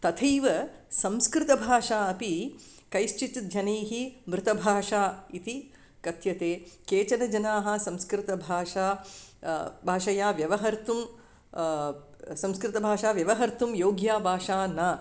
तथैव संस्कृतभाषा अपि कश्चित् जनैः मृतभाषा इति कथ्यते केचन जनाः संस्कृतभाषा भाषया व्यवहर्तुं संस्कृतभाषाव्यवहर्तुं योग्यभाषा न